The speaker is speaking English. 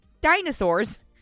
dinosaurs